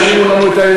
תשאירו לנו.